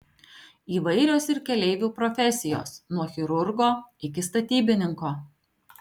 įvairios ir keleivių profesijos nuo chirurgo iki statybininko